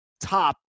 top